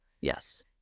Yes